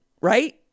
right